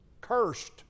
cursed